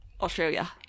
Australia